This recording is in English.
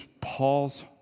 Paul's